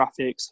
graphics